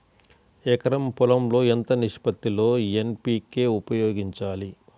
ఎకరం పొలం లో ఎంత నిష్పత్తి లో ఎన్.పీ.కే ఉపయోగించాలి?